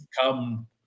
come